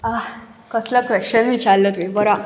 कसलो क्वॅश्शन विचारलो तुंवें बरो आ